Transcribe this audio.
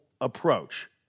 approach